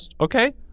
okay